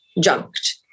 junked